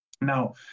Now